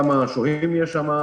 כמה שוהים יש שם,